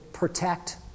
protect